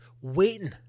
waiting